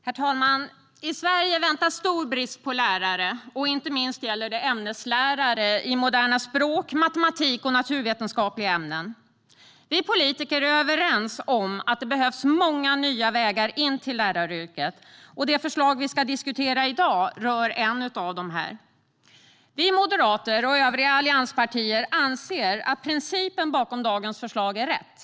Särskild komplette-rande pedagogisk utbildning för personer med forskarexamen Herr talman! I Sverige väntar stor brist på lärare, och inte minst gäller det ämneslärare i moderna språk, matematik och naturvetenskapliga ämnen. Vi politiker är överens om att det behövs många nya vägar in till läraryrket. Det förslag vi ska diskutera i dag rör en av dem. Vi moderater och övriga allianspartier anser att principen bakom dagens förslag är rätt.